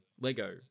Lego